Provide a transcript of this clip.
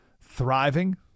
Thriving